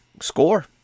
score